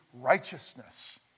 righteousness